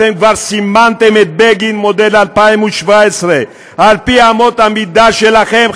אתם כבר סימנתם את בגין מודל 2017. על פי אמות המידה שלכם,